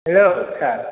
hello sir